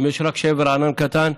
אם יש רק שבר ענן קטן.